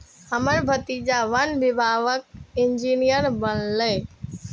हमर भतीजा वन विभागक इंजीनियर बनलैए